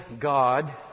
God